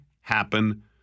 happen